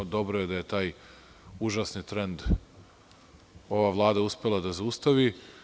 Dobro je da je taj užasni trend ova Vlada uspela da zaustavi.